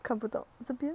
看不到这边